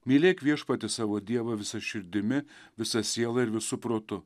mylėk viešpatį savo dievą visa širdimi visa siela ir visu protu